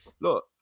look